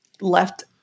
left